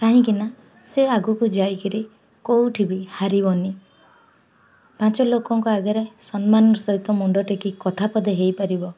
କାହିଁକି ନା ସେ ଆଗକୁ ଯାଇକରି କେଉଁଠି ବି ହାରିବନି ପାଞ୍ଚ ଲୋକଙ୍କ ଆଗରେ ସମ୍ମାନ ସହିତ ମୁଣ୍ଡ ଟେକି କଥାପଦ ହୋଇପାରିବ